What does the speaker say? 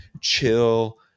chill